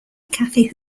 kathy